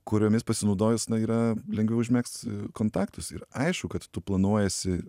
kuriomis pasinaudojus na yra lengviau užmegzt kontaktus ir aišku kad tu planuojiesi